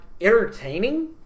entertaining